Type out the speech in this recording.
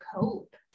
cope